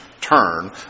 turn